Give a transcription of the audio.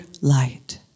light